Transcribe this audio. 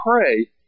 pray